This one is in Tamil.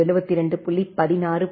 2